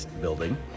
building